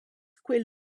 quel